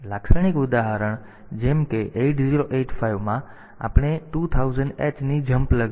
તેથી લાક્ષણિક ઉદાહરણ કહો કે 8085 માં આપણે 2000 H ની જમ્પ લગાવી છે